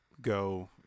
go